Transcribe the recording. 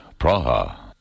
Praha